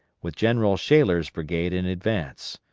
with general shaler's brigade in advance.